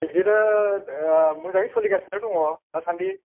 बिदिनो मोजाङै सोलिगासिनो दङ दासान्दि